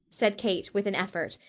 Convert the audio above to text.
said kate with an effort,